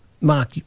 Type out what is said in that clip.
Mark